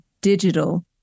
digital